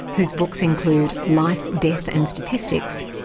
whose books include life, death and statistics,